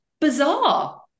bizarre